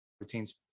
routine's